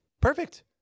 Perfect